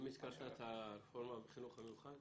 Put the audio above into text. אם הזכרת את הרפורמה בחינוך המיוחד,